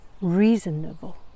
reasonable